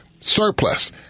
surplus